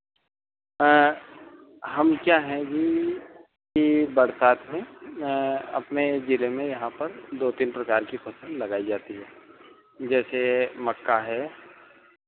हाँ हम क्या हैं जी की बरसात में अपने जिले में यहाँ पर दो तीन प्रकार की फ़सल लगाई जाती है जैसे मक्का है